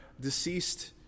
deceased